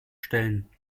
stellen